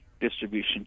distribution